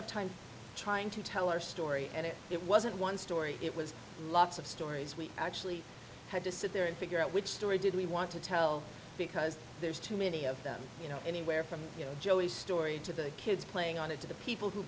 of time trying to tell our story and it wasn't one story it was lots of stories we actually had to sit there and figure out which story did we want to tell because there's too many of them you know anywhere from you know joey's story to the kids playing on it to the people who